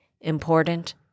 important